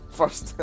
first